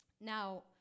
Now